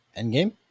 Endgame